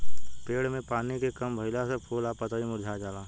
पेड़ में पानी के कम भईला से फूल आ पतई मुरझा जाला